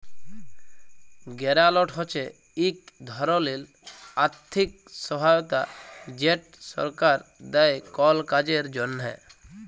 গেরালট হছে ইক ধরলের আথ্থিক সহায়তা যেট সরকার দেই কল কাজের জ্যনহে